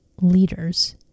leaders